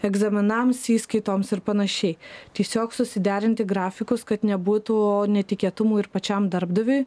egzaminams įskaitoms ir panašiai tiesiog susiderinti grafikus kad nebūtų netikėtumų ir pačiam darbdaviui